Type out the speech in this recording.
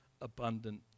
abundant